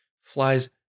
flies